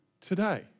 today